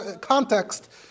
context